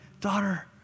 daughter